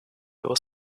was